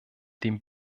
dem